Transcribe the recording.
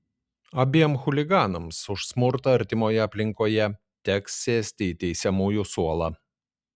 abiem chuliganams už smurtą artimoje aplinkoje teks sėsti į teisiamųjų suolą